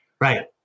Right